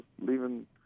leaving –